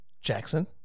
Jackson